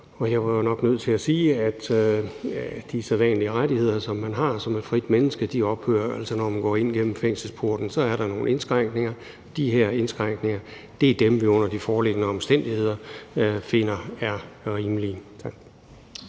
Jeg var jo nok nødt til at sige, at de sædvanlige rettigheder, som man har som et frit menneske, ophører, når man går ind igennem fængselsporten. Så er der nogle indskrænkninger, og de her indskrænkninger er dem, vi under de foreliggende omstændigheder finder er rimelige.